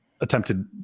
attempted